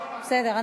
מול זה, כן, בסדר.